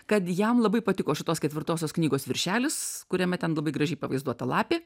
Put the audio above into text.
kad jam labai patiko šitos ketvirtosios knygos viršelis kuriame ten labai gražiai pavaizduota lapė